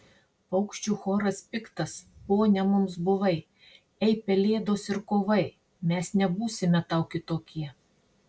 paukščių choras piktas pone mums buvai ei pelėdos ir kovai mes nebūsime tau kitokie